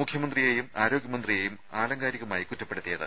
മുഖ്യമന്ത്രിയെയും ആരോഗ്യമന്ത്രിയെയും ആലങ്കാരികമായി കുറ്റപ്പെടുത്തിയത്